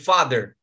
Father